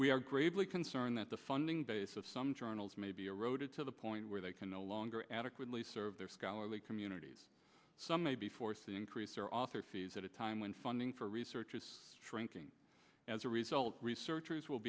we are gravely concerned that the funding base of some journals may be eroded to the point where they can no longer adequately serve their scholarly communities some may be forced to increase or author fees at time when funding for research is shrinking as a result researchers will